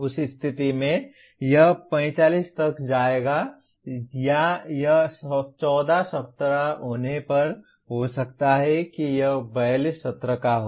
उस स्थिति में यह 45 तक जाएगा या यह 14 सप्ताह होने पर हो सकता है कि यह 42 सत्र का हो